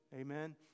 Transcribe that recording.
Amen